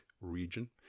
region